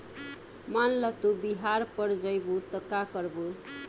मान ल तू बिहार पड़ जइबू त का करबू